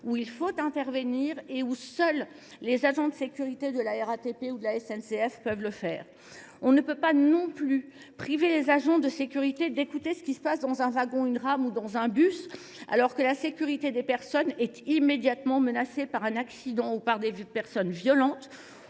où il faut intervenir et où seuls les agents de la sûreté des transports sont à même de le faire. Nous ne pouvons non plus priver les agents de sécurité d’écouter ce qui se passe dans une rame ou un bus, alors que la sécurité des personnes est immédiatement menacée par un accident ou par des personnes violentes